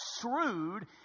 shrewd